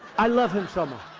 i love him so much.